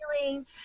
feeling